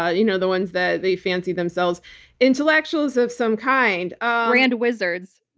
ah you know the ones that they fancy themselves intellectuals of some kind. ah grand wizards.